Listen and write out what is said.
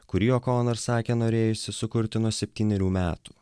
kurį okonor sakė norėjusi sukurti nuo septynerių metų